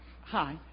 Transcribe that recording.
hi